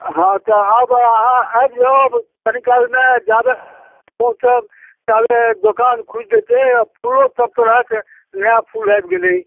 हँ तऽ आब अहाँ आबि जाएब कनिकालमे जाबए पहुँचब ताबए दोकान खुगि जएतै आओर फूलो सब तरहक नया फूल आबि गेलै